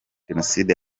jenoside